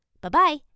Bye-bye